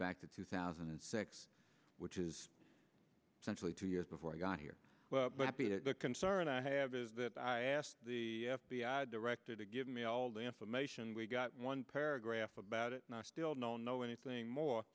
back to two thousand and six which is essentially two years before i got here the concern i have is that i asked the f b i director to give me all the information we've got one paragraph about it and i still don't know anything more